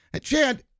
Chad